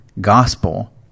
Gospel